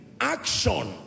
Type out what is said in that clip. Action